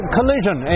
Collision